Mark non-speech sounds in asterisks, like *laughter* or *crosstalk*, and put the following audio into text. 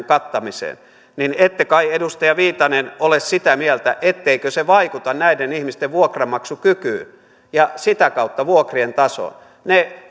*unintelligible* kattamiseen niin ette kai edustaja viitanen ole sitä mieltä etteikö se vaikuta näiden ihmisten vuokranmaksukykyyn ja sitä kautta vuokrien tasoon ne *unintelligible*